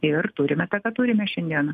ir turime tą ką turime šiandieną